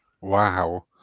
Wow